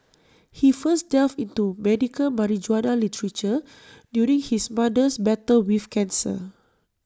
he first delved into medical marijuana literature during his mother's battle with cancer